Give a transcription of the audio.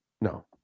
No